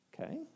Okay